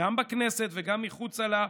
גם בכנסת וגם מחוצה לה,